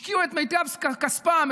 השקיעו את מיטב כספם,